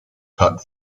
cut